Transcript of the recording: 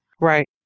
Right